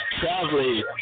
traveling